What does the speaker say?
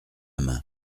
main